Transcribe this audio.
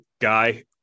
guy